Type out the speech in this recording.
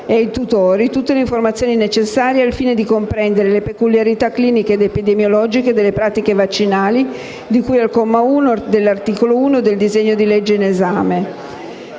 e ai tutori tutte le informazioni necessarie al fine di comprendere le peculiarità cliniche ed epidemiologiche delle pratiche vaccinali di cui al comma 1 dell'articolo 1 del disegno di legge in esame,